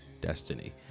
Destiny